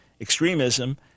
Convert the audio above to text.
extremism